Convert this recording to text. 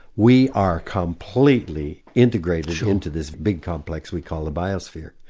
we are completely integrated into this big complex we call the biosphere.